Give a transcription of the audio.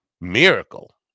miracle